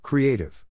Creative